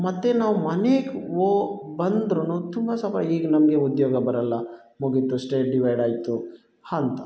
ಮತ್ತೆ ನಾವು ಮನೆಗೆ ಹೋಗ್ ಬಂದ್ರು ತುಂಬ ಸ್ವಲ್ಪ ಈಗ ನಮಗೆ ಉದ್ಯೋಗ ಬರೋಲ್ಲ ಮುಗಿಯಿತು ಸ್ಟೇಟ್ ಡಿವೈಡ್ ಆಯಿತು ಅಂತ